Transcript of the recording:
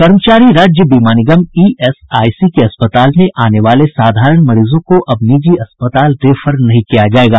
कर्मचारी राज्य बीमा निगम ईएसआईसी के अस्पताल में आने वाले साधारण मरीजों को अब निजी अस्पताल रेफर नहीं किया जायेगा